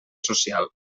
social